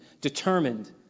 determined